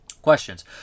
questions